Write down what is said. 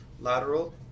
lateral